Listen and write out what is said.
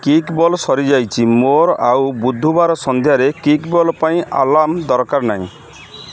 kickball ସରି ଯାଇଛି ମୋର ଆଉ ବୁଧବାର ସନ୍ଧ୍ୟାରେ କିକବଲ୍ ପାଇଁ ଆଲାର୍ମ ଦରକାର ନାହିଁ